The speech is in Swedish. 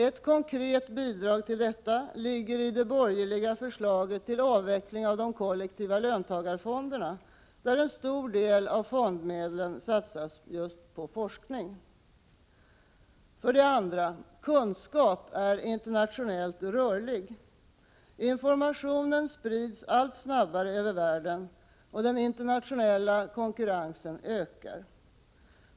Ett konkret bidrag till detta ligger i det borgerliga förslaget till avveckling av de kollektiva löntagarfonderna, där en stor del av fondmedlen satsas på just forskning. För det andra: Kunskap är internationellt rörlig. Information sprids allt snabbare över världen, och den internationella konkurrensen ökar.